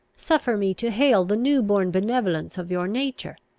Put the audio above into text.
suffer me to hail the new-born benevolence of your nature.